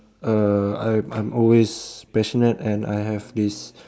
uh I'm I'm always passionate and I have this